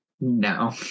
No